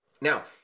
now